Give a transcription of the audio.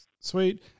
Sweet